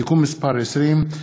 (תיקון מס' 20),